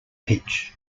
pitch